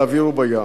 באוויר ובים.